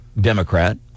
Democrat